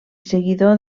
seguidor